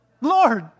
Lord